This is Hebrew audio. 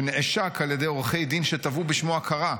שנעשק על ידי עורכי דין שתבעו בשמו הכרה,